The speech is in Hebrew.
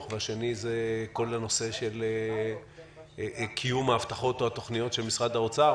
והשני הוא כל נושא קיום ההבטחות או התוכניות של משרד האוצר.